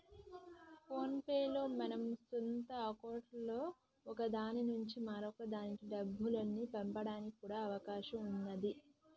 phone pay లో మన సొంత అకౌంట్లలో ఒక దాని నుంచి మరొక దానికి డబ్బుల్ని పంపడానికి కూడా అవకాశం ఉన్నాది